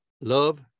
love